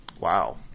Wow